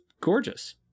gorgeous